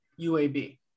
UAB